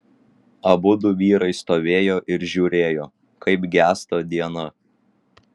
abudu vyrai stovėjo ir žiūrėjo kaip gęsta diena